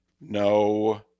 No